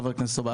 חבר הכנסת,